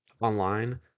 online